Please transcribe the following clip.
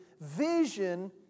vision